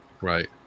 Right